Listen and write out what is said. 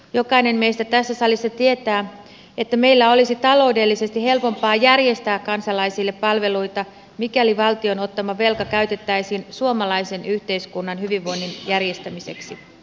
jokainen meistä tässä salissa tietää että meillä olisi taloudellisesti helpompaa järjestää kansalaisille palveluita mikäli valtion ottama velka käytettäisiin suomalaisen yhteiskunnan hyvinvoinnin järjestämiseksi